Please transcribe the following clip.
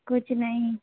कुछ नहीं